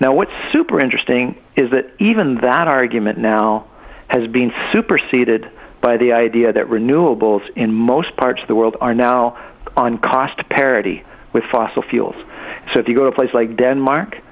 it's super interesting is that even that argument now has been superseded by the idea that renewables in most parts of the world are now on cost parity with fossil fuels so if you go a place like denmark